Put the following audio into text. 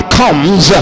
comes